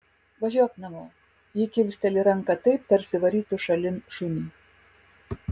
važiuok namo ji kilsteli ranką taip tarsi varytų šalin šunį